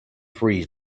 freeze